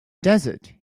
desert